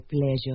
pleasure